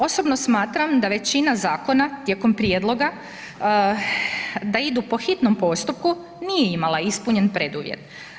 Osobno smatram da većina zakona tijekom prijedloga da idu po hitnom postupku, nije imala ispunjen preduvjet.